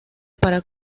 para